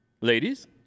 Ladies